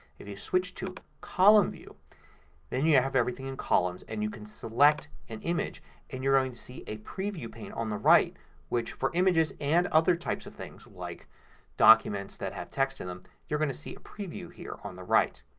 if you switch to column view then you have everything in columns and you can select an image and you're going to see a preview pane on the right which for images and other types of things like documents that have text in them you're going to see a preview here on the right.